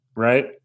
right